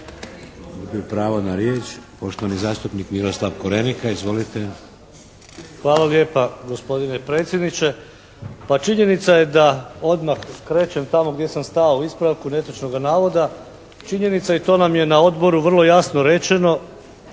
gubi pravo na riječ. Poštovani zastupnik Miroslav Korenika, izvolite. **Korenika, Miroslav (SDP)** Hvala lijepa gospodine predsjedniče. Pa činjenica je da odmah krećem tamo gdje sam stao u ispravku netočnoga navoda. Činjenica je i to nam je na Odboru vrlo jasno rečeno